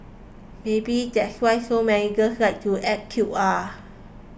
maybe that's why so many girls like to act cute ah